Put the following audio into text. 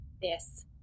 Yes